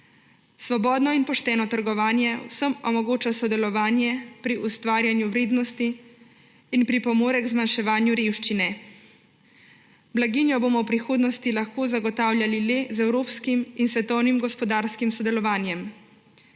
Svobodno in pošteno trgovanje vsem omogoča sodelovanje pri ustvarjanju vrednosti in pripomore k zmanjševanju revščine. Blaginjo bomo v prihodnosti lahko zagotavljali le z evropskim in svetovnim gospodarskim sodelovanjem,